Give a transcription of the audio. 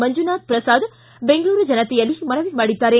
ಮಂಜುನಾಥ ಪ್ರಸಾದ್ ಬೆಂಗಳೂರು ಜನತೆಯಲ್ಲಿ ಮನವಿ ಮಾಡಿದ್ದಾರೆ